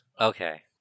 okay